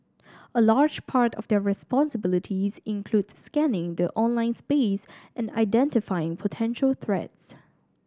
a large part of their responsibilities includes scanning the online space and identifying potential threats